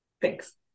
Thanks